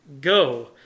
go